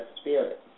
Spirit